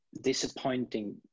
disappointing